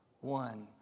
one